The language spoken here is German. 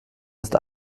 ist